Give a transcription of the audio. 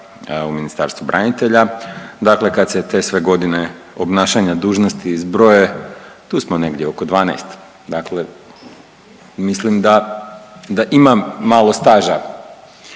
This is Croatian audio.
u Ministarstvu branitelja, dakle kad se te sve godine obnašanja dužnosti zbroje, tu smo negdje oko 12, dakle mislim da imam malo staža,